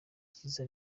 cyiza